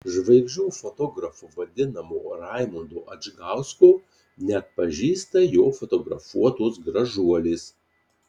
žvaigždžių fotografu vadinamo raimundo adžgausko neatpažįsta jo fotografuotos gražuolės